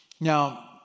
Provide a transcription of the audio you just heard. Now